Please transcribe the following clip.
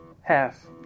Half